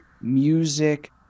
music